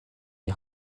die